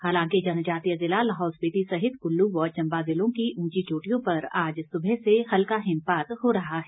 हालांकि जनजातीय जिला लाहुल स्पिति सहित कुल्लू व चम्बा जिलों की ऊंची चोटियों पर आज सुबह से हल्का हिमपात हो रहा है